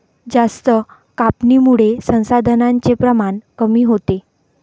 जास्त कापणीमुळे संसाधनांचे प्रमाण कमी होते